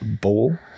bowl